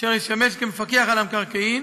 אשר ישמש כמפקח על המקרקעין,